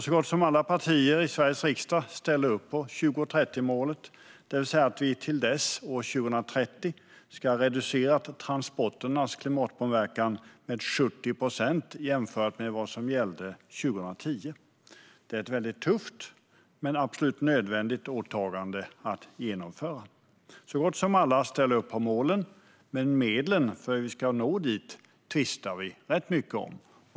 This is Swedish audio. Så gott som alla partier i Sveriges riksdag ställer upp på 2030-målet, det vill säga att vi till år 2030 ska ha reducerat transporternas klimatpåverkan med 70 procent jämfört med vad som gällde 2010. Det är ett väldigt tufft men absolut nödvändigt åtagande att genomföra. Så gott som alla ställer upp på målen, men medlen för hur vi ska nå dit tvistar vi rätt mycket om.